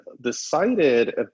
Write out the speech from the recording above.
decided